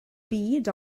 byd